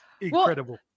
incredible